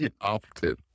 often